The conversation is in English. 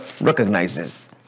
recognizes